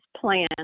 plan